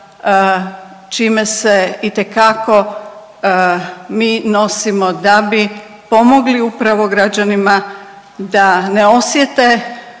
čime se itekako mi nosimo da bi pomogli upravo građanima da ne osjete